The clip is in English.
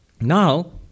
Now